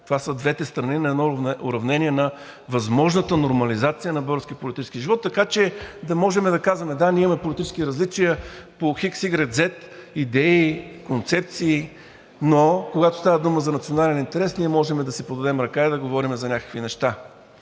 Това са двете страни на едно уравнение на възможната нормализация на българския политически живот, така че да можем да казваме: да, ние имаме политически различия по x, y, z идеи, концепции, но когато става дума за национален интерес, ние можем да си подадем ръка и да говорим за някакви неща.